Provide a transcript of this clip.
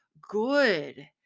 good